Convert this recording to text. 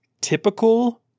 typical